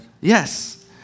yes